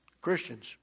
Christians